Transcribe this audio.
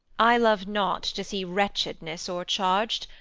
i love not to see wretchedness o'er-charged,